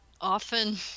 often